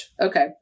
Okay